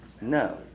No